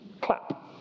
Clap